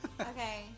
Okay